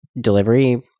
delivery